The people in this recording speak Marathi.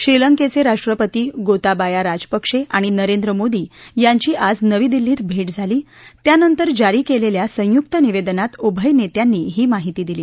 श्रीलंकेचे राष्ट्रपती गोताबाया राजपक्षे आणि नरेंद्र मोदी यांची आज नवी दिल्लीत भे झाली त्यानंतर जारी केलेल्या संयुक्त निवेदनात उभय नेत्यांनी ही माहिती दिली